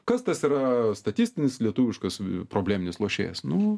kas tas yra statistinis lietuviškas probleminis lošėjas nu